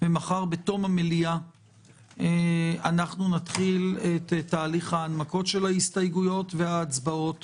ומחר בתום המליאה נתחיל את תהליך ההנמקות של ההסתייגויות וההצבעות